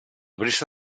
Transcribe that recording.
brisa